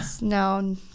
No